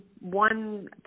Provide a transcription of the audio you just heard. one